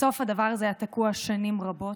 בסוף הדבר הזה היה תקוע שנים רבות,